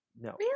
No